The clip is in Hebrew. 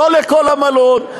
לא לכל המלון.